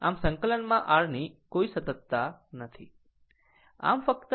આમ સંકલનમાં r ની કોઈ સતતતા નથી